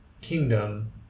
kingdom